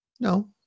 No